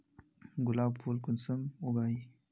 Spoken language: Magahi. गुलाब फुल कुंसम उगाही?